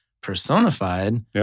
personified